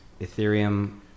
ethereum